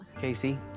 Casey